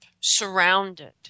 surrounded